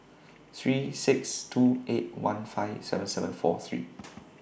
three six two eight one five seven seven four three